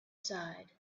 side